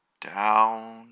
down